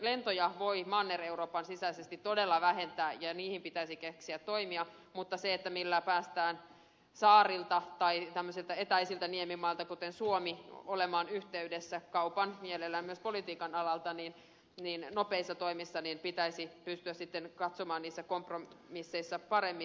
lentoja voi manner euroopan sisäisesti todella vähentää ja niihin pitäisi keksiä toimia mutta sitä millä päästään saarilta tai tämmöisiltä etäisiltä niemimailta kuten suomi olemaan yhteydessä kaupan mielellään myös politiikan alalta nopeissa toimissa pitäisi pystyä sitten katsomaan niissä kompromisseissa paremmin